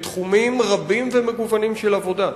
בתחומים רבים ומגוונים של עבודה.